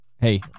hey